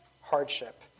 hardship